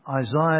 Isaiah